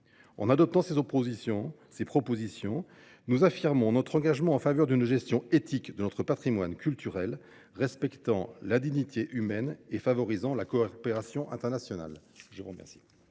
En adoptant ces propositions, nous affirmons notre engagement en faveur d’une gestion éthique de notre patrimoine culturel, respectant la dignité humaine et favorisant la coopération internationale.